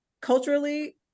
culturally